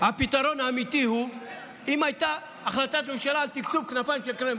הפתרון האמיתי הוא אם הייתה החלטת ממשלה על תקצוב כנפיים של קרמבו.